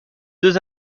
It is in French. deux